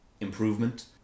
improvement